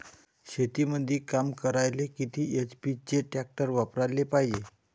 शेतीमंदी काम करायले किती एच.पी चे ट्रॅक्टर वापरायले पायजे?